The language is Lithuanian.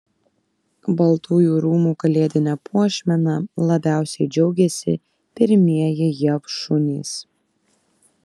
baltųjų rūmų kalėdine puošmena labiausiai džiaugiasi pirmieji jav šunys